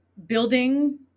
building